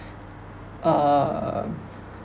um